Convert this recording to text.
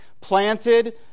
planted